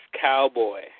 Cowboy